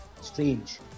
strange